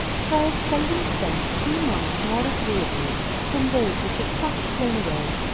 for i have seldom spent three months more agreeably than those which have just flown away.